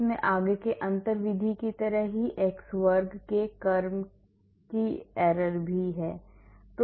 इसमें आगे के अंतर विधि की तरह ही x वर्ग के क्रम की भी error है